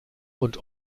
und